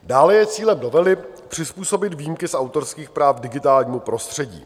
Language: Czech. Dále je cílem novely přizpůsobit výjimky z autorských práv digitálnímu prostředí.